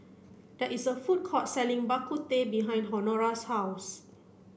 there is a food court selling Bak Kut Teh behind Honora's house